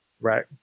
Right